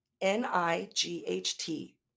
N-I-G-H-T